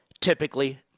typically